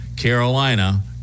Carolina